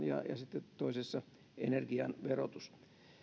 ja sitten toisessa energian verotus